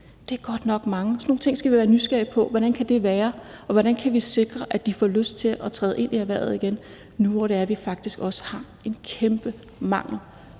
Det er godt nok mange. Sådan nogle ting skal vi være nysgerrige på. Hvordan kan det være? Og hvordan kan vi sikre, at de får lyst til at træde ind i erhvervet igen nu, hvor vi faktisk også har en kæmpe mangel